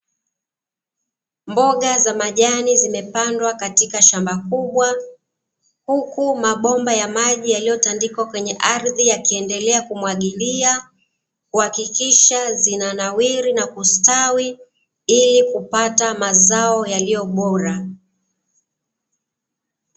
Mboga za majani zimepandwa katika shamba kubwa. Huku mabomba ya maji yaliyotandikwa kwenye ardhi, yakiendelea kumwagilia, wakikisha zinanawiri na kustawi, ili kupata mazao yaliyobora.